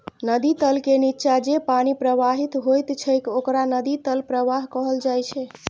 नदी तल के निच्चा जे पानि प्रवाहित होइत छैक ओकरा नदी तल प्रवाह कहल जाइ छै